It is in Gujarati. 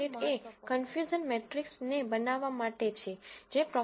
અને લાઇબ્રેરી કેરેટ એ કન્ફયુઝન મેટ્રિક્સને બનાવવા માટે છે જે પ્રો